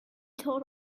told